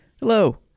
Hello